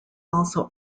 also